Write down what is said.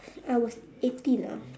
I was eighteen ah